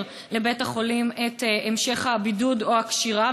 לבית-החולים את המשך הבידוד או הקשירה,